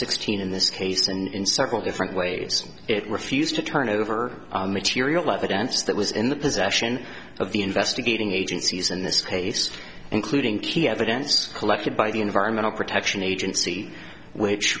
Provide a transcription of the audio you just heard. sixteen in this case and in several different ways it refused to turn over material evidence that was in the possession of the investigating agencies in this case including key evidence collected by the environmental protection agency which